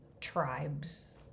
tribes